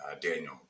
daniel